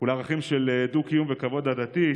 ולערכים של דו-קיום וכבוד הדדי.